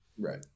Right